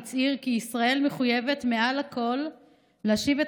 הצהיר כי ישראל מחויבת מעל הכול להשיב את